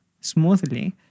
smoothly